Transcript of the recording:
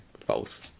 false